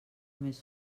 més